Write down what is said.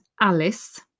Alice